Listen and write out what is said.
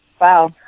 Wow